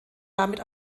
damit